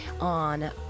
on